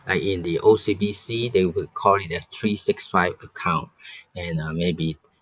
like in the O_C_B_C they will call it the three six five account and uh maybe